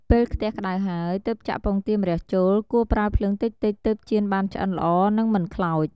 ពេលខ្ទះក្ដៅហើយ ទើបចាក់ពងទាម្រះចូល គួរប្រើភ្លើងតិចៗទើបចៀនបានឆ្អិនល្អនិងមិនខ្លោច។